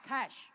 Cash